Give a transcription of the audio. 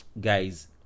guys